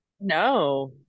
No